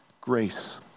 grace